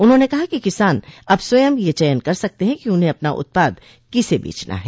उन्होंने कहा कि किसान अब स्वयं यह चयन कर सकते हैं कि उन्हें अपना उत्पाद किसे बेचना है